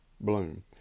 Bloom